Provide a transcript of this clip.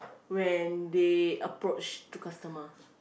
when they approach to customer